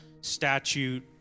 statute